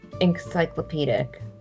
encyclopedic